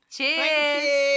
Cheers